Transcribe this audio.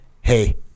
hey